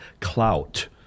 clout